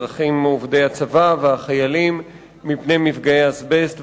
אזרחים עובדי הצבא והחיילים מפני מפגעי האזבסט.